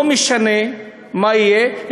לא משנה מה יהיה,